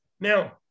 Now